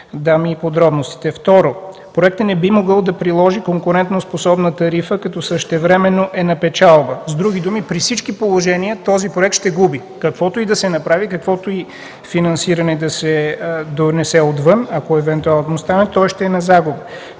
дам и подробностите. „Второ, проектът не би могъл да приложи конкурентоспособна тарифа, като същевременно е на печалба.” С други думи, при всички положения този проект ще губи. Каквото и да се направи, каквото и финансиране да се донесе отвън, ако евентуално стане, той ще е на загуба.